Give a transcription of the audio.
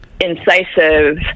incisive